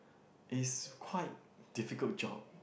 is quite difficult job